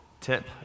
tip